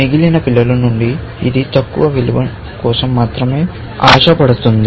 మిగిలిన పిల్లల నుండి ఇది తక్కువ విలువ కోసం మాత్రమే ఆశపడతుంది